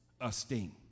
esteem